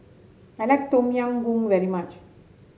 I like Tom Yam Goong very much